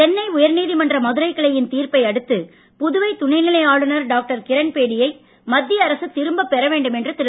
சென்னை உயர்நீதிமன்ற மதுரை கிளையின் தீர்ப்பை அடுத்து புதுவை துணைநிலை ஆளுநர் டாக்டர் கிரண்பேடியை மத்திய அரசு திரும்ப பெற வேண்டும் என்று திரு